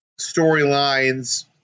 storylines